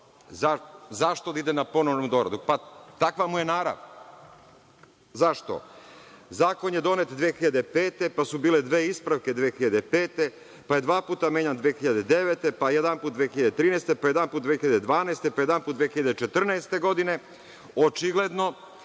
Zašto da ide na ponovnu doradu? Takva mu je narav. Zašto? Zakon je donet 2005. godine, pa su bile dve ispravke 2005, pa je dva puta menjan 2009, pa jedanput 2013, pa jedanput 2012, pa jedanput 2014. godine. Očigledno